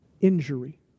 injury